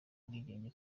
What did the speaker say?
ubwigenge